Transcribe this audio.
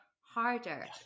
harder